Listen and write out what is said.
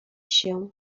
się